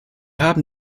haben